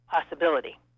possibility